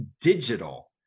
digital